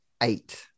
Eight